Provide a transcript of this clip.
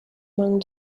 among